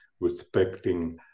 respecting